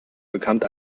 bekannt